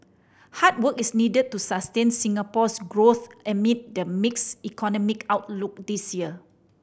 hard work is needed to sustain Singapore's growth amid the mixed economic outlook this year